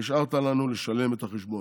והשארת לנו לשלם את החשבון".